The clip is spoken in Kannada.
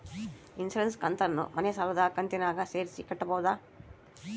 ಇನ್ಸುರೆನ್ಸ್ ಕಂತನ್ನ ಮನೆ ಸಾಲದ ಕಂತಿನಾಗ ಸೇರಿಸಿ ಕಟ್ಟಬೋದ?